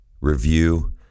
review